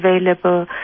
available